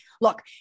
look